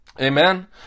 Amen